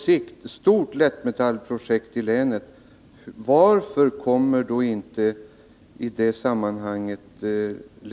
Samtidigt brottas den stora tillverkaren av mineralull i Sverige, Rockwool AB, med stora avsättningssvårigheter vid samtliga sina fabriker.